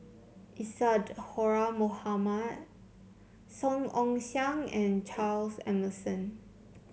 Isadhora Mohamed Song Ong Siang and Charles Emmerson